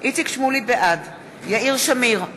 בעד יאיר שמיר,